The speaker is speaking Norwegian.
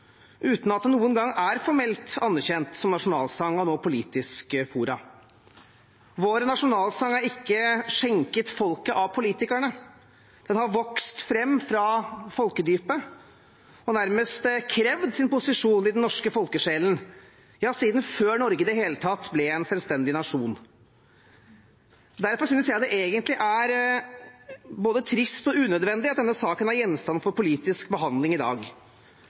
uten at den noen gang er formelt anerkjent som nasjonalsang av noe politisk forum. Vår nasjonalsang er ikke skjenket folket av politikerne. Den har vokst fram fra folkedypet og nærmest krevd sin posisjon i den norske folkesjelen – ja, siden før Norge i det hele tatt ble en selvstendig nasjon. Derfor synes jeg det egentlig er både trist og unødvendig at denne saken er gjenstand for politisk behandling i dag.